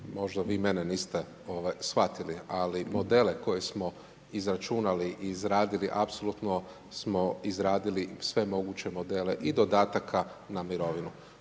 možda vi mene niste shvatili ali modele koje smo izračunali i izradili apsolutno smo izradili sve moguće modele i dodataka na mirovinu.